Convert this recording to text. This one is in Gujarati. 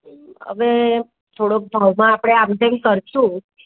હવે થોડોક ભાવમાં આપણે આમ તેમ કરશું